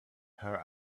her